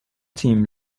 تیم